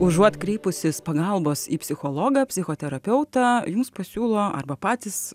užuot kreipusis pagalbos į psichologą psichoterapeutą jums pasiūlo arba patys